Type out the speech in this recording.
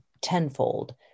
tenfold